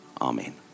Amen